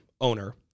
owner